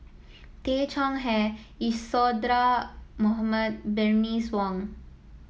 Tay Chong Hai Isadhora Mohamed Bernice Wong